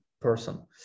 person